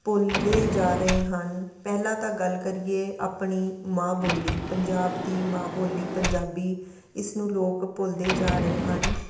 ਭੁੱਲੇ ਜਾ ਰਹੇ ਹਨ ਪਹਿਲਾਂ ਤਾਂ ਗੱਲ ਕਰੀਏ ਆਪਣੀ ਮਾਂ ਬੋਲੀ ਪੰਜਾਬ ਦੀ ਮਾਂ ਬੋਲੀ ਪੰਜਾਬੀ ਇਸ ਨੂੰ ਲੋਕ ਭੁੱਲਦੇ ਜਾ ਰਹੇ ਹਨ